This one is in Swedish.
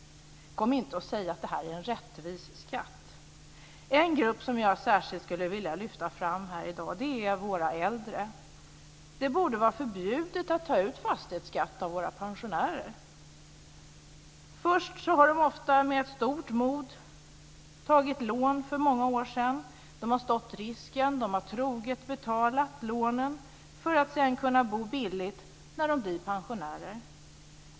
Kom inte säg att det här är en rättvis skatt! En grupp som jag särskilt skulle vilja lyfta fram här i dag är våra äldre. Det borde vara förbjudet att ta ut fastighetsskatt av våra pensionärer. Ofta har de med stort mod tagit lån för många år sedan. Det har tagit risken. De har troget betalat lånen för att sedan kunna bo billigt när de blir pensionärer.